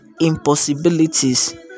impossibilities